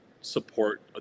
support